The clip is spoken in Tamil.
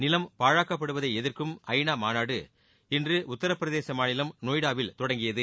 நிலம் பாழாக்கப்படுவதை எதிர்க்கும் ஐ நா மாநாடு இன்று உத்தரப்பிரதேச மாநிலம் நொய்டாவில் தொடங்கியது